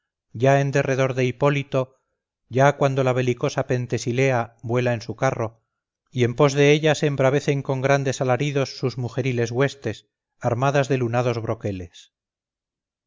ya en derredor de hipólito ya cuando la belicosa pentesilea vuela en su carro y en pos de ella se embravecen con grandes alaridos sus mujeriles huestes armadas de lunados broqueles